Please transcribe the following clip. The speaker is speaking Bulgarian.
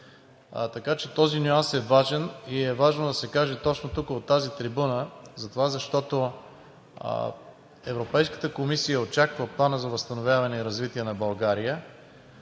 развитие. Този нюанс е важен. Важно е да се каже точно тук от тази трибуна затова, защото Европейската комисия очаква Плана за възстановяване и развитие на България,